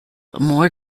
more